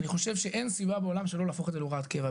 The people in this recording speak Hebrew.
אני חושב שאין סיבה בעולם שלא להפוך את זה להוראת קבע.